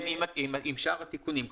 עם שאר התיקונים,